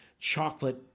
chocolate